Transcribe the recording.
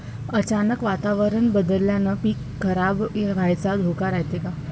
अचानक वातावरण बदलल्यानं पीक खराब व्हाचा धोका रायते का?